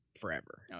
forever